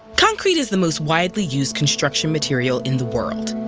concrete is the most widely used construction material in the world.